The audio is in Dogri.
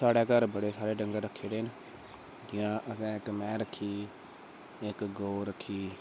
साढ़े घर बड़े सारे डंगर रक्खे दे न जि'यां असें इक मैंह् रक्खी दी इक गौऽ रक्खी दी